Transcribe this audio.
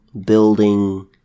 building